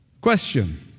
Question